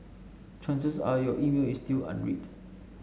chances are your email is still unread